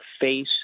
face